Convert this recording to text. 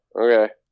Okay